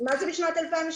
מה זה משנת 2002?